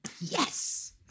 Yes